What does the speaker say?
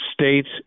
States